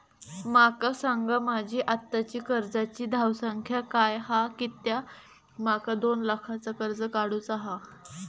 माका सांगा माझी आत्ताची कर्जाची धावसंख्या काय हा कित्या माका दोन लाखाचा कर्ज काढू चा हा?